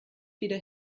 wieder